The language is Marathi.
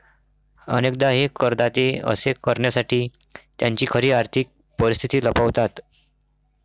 अनेकदा हे करदाते असे करण्यासाठी त्यांची खरी आर्थिक परिस्थिती लपवतात